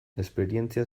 esperientzia